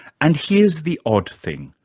and here's the odd thing.